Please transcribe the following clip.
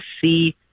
see